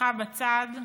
בשיחה בצד: